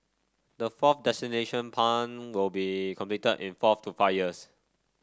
the fourth desalination plant will be completed in four to five years